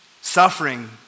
Suffering